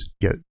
get